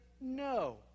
no